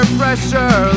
pressure